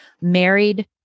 married